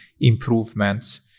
improvements